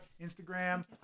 Instagram